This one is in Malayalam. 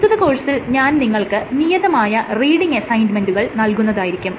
പ്രസ്തുത കോഴ്സിൽ ഞാൻ നിങ്ങൾക്ക് നിയതമായ റീഡിങ് അസൈന്മെന്റുകൾ നൽകുന്നതായിരിക്കും